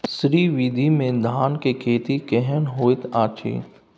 श्री विधी में धान के खेती केहन होयत अछि?